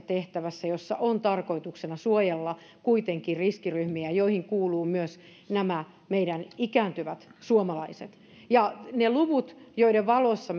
tehtävässä jossa on tarkoituksena suojella kuitenkin riskiryhmiä joihin kuuluvat myös nämä meidän ikääntyvät suomalaiset ne luvut joiden valossa